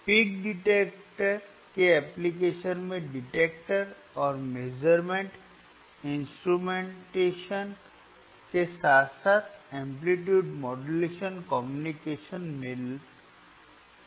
peak detector के application में detector और मेज़रमेंट इंस्ट्रूमेंटेशन के साथ साथ एम्पलीट्यूड मॉड्यूलेशन कम्युनिकेशन्स मिल हैं